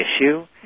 issue